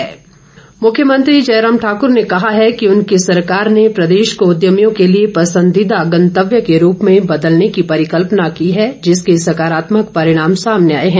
मुख्यमंत्री मुख्यमंत्री जयराम ठाकर ने कहा है कि उनकी सरकार ने प्रदेश को उद्यमियों के लिए पंसंदीदा गंतव्य के रूप में बदलने की परिकल्पना की है जिसके सकारात्मक परिणाम सामने आए हैं